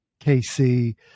KC